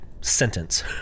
sentence